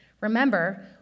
Remember